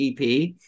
EP